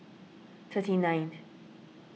thirty ninth